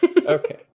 Okay